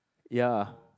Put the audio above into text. ya